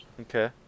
okay